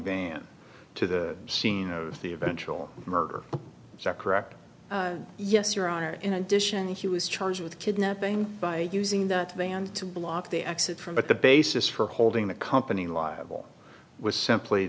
van to the scene of the eventual murder is that correct yes your honor in addition he was charged with kidnapping by using the van to block the exit from but the basis for holding the company liable was simply